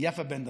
יפה בן דויד,